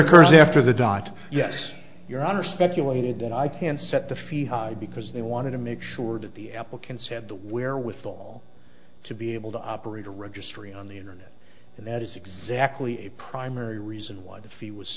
occurs after the dot yes your honor speculated that i can set the fee high because they wanted to make sure that the applicants had the wherewithal to be able to operate a registry on the internet and that is exactly a primary reason why the fee was